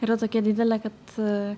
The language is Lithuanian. yra tokia didelė kad